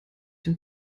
den